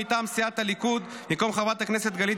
מטעם סיעת הליכוד: במקום חברת הכנסת גלית